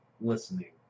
listening